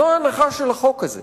זו ההנחה של החוק הזה.